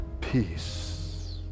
peace